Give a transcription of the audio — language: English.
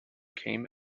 came